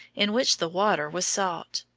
in which the water was salt.